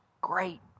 great